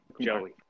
Joey